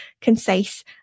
concise